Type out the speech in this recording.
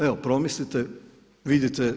Evo, promislite i vidite.